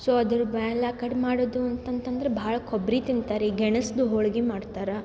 so ಅದ್ರ ಬ್ಯಾರೆಕಡೆ ಮಾಡೋದು ಅಂತಂತಂದ್ರೆ ಭಾಳ್ ಕೊಬ್ಬರಿ ತಿಂತಾರೆ ಈ ಗೆಣಸ್ದು ಹೋಳ್ಗೆ ಮಾಡ್ತಾರ